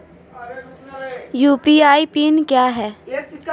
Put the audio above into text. UPI PIN क्या है?